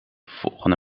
volgende